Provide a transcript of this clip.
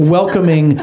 welcoming